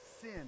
sin